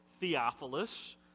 Theophilus